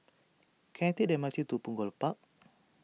can I take the M R T to Punggol Park